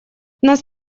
нас